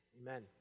Amen